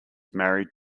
married